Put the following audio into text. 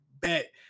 bet